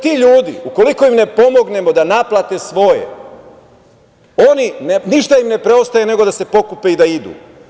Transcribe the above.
Ti ljudi, ukoliko im ne pomognemo da naplate svoje ništa im ne preostaje nego da se pokupe i da idu.